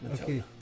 Okay